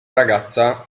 ragazza